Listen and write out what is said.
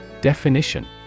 Definition